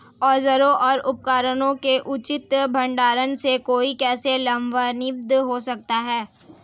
औजारों और उपकरणों के उचित भंडारण से कोई कैसे लाभान्वित हो सकता है?